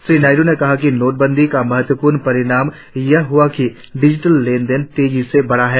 श्री नायडू ने कहा कि नोटबंदी का महत्वपूर्ण परिणाम यह हुआ कि डिजिटल लेनदेन तेजी से बढ़ा है